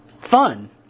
fun